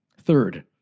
Third